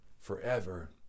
forever